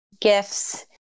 gifts